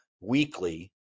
weekly